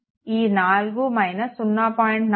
ఈ 4 0